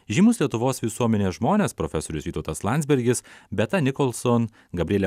žymus lietuvos visuomenę žmones profesorius vytautas landsbergis beata nicholson gabrielė